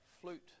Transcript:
flute